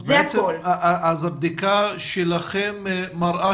אז הבדיקה שלכם מראה